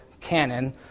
canon